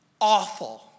awful